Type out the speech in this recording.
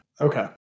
Okay